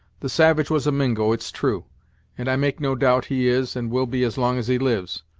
the savage was a mingo, it's true and i make no doubt he is, and will be as long as he lives,